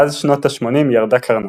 מאז שנות ה-80 ירדה קרנה,